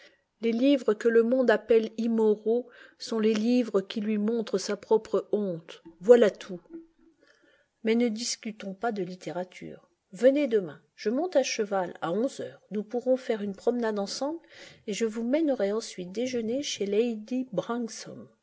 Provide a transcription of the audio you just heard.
les livres que le monde appelle immoraux sont les livres qui lui montrent sa propre honte voilà tout mais ne discutons pas de littérature venez demain je monte à cheval à onze heures nous pourrons faire une promenade ensemble et je vous mènerai ensuite déjeuner chez lady